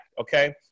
okay